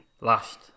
last